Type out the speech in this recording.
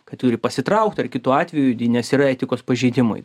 kad turi pasitraukt ar kitu atveju nes yra etikos pažeidimai